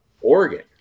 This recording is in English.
Oregon